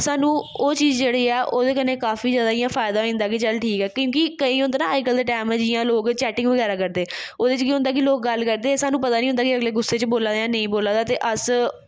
सानूं ओह् चीज़ जेह्ड़ी ऐ ओह्दे कन्नै काफी जादा इ'यां फायदा होई जंदा कि चल ठीक ऐ क्योंकि केईं होंदे ना अज्ज कल दे टैम जियां लोक चैटिंग बगैरा करदे ओह्दे च केह् होंदा कि लोग गल्ल करदे सानूं पता निं होंदा कि अगला गुस्से च बोला दा जां नेईं बोला दा ते अस